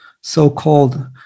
so-called